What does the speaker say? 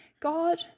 God